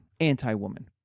anti-woman